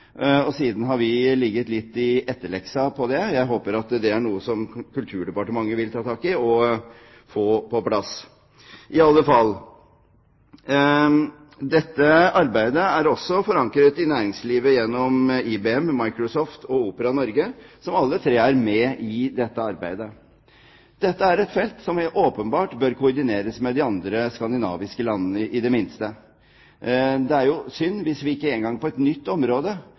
og siden har vi kommet litt i bakleksa med det. Jeg håper at det er noe Kulturdepartementet vil ta tak i og få på plass. I alle fall: Dette arbeidet er også forankret i næringslivet gjennom IBM, Microsoft og Opera Norge, som alle tre er med i dette arbeidet. Dette er et felt som vi åpenbart bør koordinere, i det minste med de andre skandinaviske landene. Det er jo synd hvis vi ikke engang på et nytt område,